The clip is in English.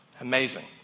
amazing